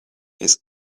its